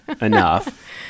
enough